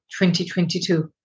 2022